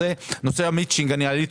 אני חושב שזה נושא מספיק